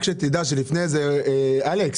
רק שתדע שלפני איזה --- אלכס,